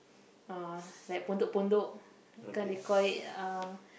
oh like pondok-pondok they call it uh